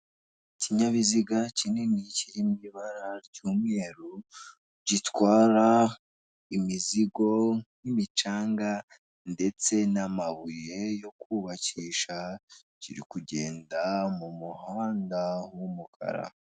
Ikinyabiziga kinini kiri mu ibara ry'umweru gitwara imizigo n'imicanga ndetse n'amabuye yo kubakisha kiri kugenda mu muhanda w'umukara.